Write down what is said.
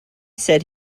said